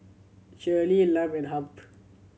Shaylee Lum and Hamp